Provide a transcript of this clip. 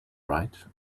right